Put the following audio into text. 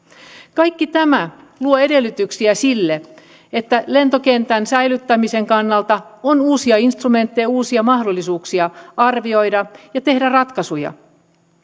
kaikki tämä luo edellytyksiä sille että lentokentän säilyttämisen kannalta on uusia instrumentteja uusia mahdollisuuksia arvioida ja tehdä ratkaisuja